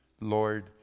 Lord